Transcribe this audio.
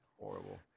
Horrible